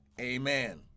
amen